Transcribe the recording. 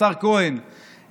השר כהן,